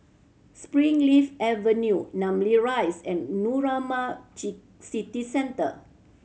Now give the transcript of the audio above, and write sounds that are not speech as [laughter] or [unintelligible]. Springleaf Avenue Namly Rise and [unintelligible] City Centre